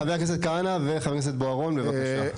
חבר הכנסת כהנא וחבר הכנסת בוארון, בבקשה.